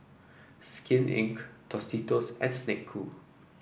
Skin Inc Tostitos and Snek Ku